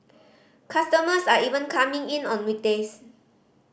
customers are even coming in on weekdays